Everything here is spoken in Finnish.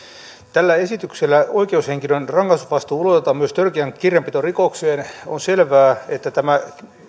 tällä esityksellä oikeushenkilön rangaistusvastuu ulotetaan myös törkeään kirjanpitorikokseen on selvää että tämä